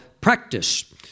practice